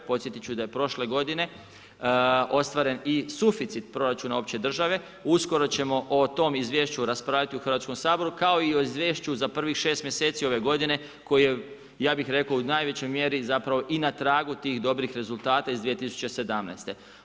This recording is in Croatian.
Podsjetit ću da je prošle godine ostvaren i suficit opće države, uskoro ćemo o tome izvješću raspravljati u Hrvatskom saboru kao i o izvješću za prvih 6 mj. ove godine koje je ja bih rekao, u najvećoj mjeri zapravo i na tragu tih dobrih rezultata iz 2017.